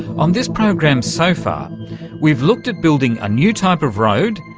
on this program so far we've looked at building a new type of road,